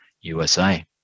USA